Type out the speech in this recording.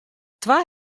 twa